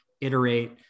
iterate